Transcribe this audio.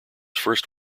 first